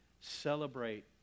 celebrate